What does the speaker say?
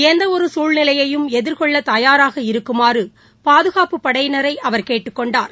எந்த ஒரு சூழ்நிலையயும் எதிர்கொள்ள தயாராக இருக்குமாறு பாதுகாப்புப் படையினரை அவர் கேட்டுக் கொண்டார்